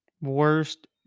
worst